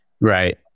Right